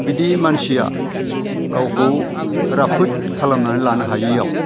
बिदि मानसिया गावखौ राफोद खालामनानै लानो हायैयाव